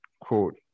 quote